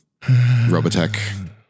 Robotech